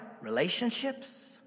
relationships